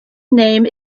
name